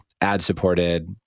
ad-supported